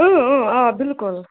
اۭں اۭں آ بِلکُل